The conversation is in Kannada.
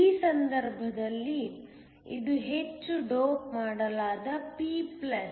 ಈ ಸಂದರ್ಭದಲ್ಲಿ ಇದು ಹೆಚ್ಚು ಡೋಪ್ ಮಾಡಲಾದ ಪಿ ಪ್ಲಸ್